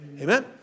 Amen